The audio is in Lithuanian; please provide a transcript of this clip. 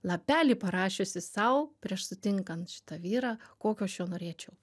lapelį parašiusi sau prieš sutinkant šitą vyrą kokio aš jo norėčiau